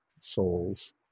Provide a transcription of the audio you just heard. souls